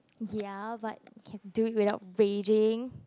ya but can do it without raging